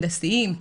הנדסיים,